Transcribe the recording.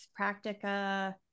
practica